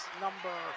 number